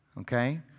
Okay